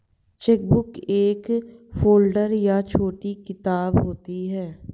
chequebook एक folder या छोटी किताब होती है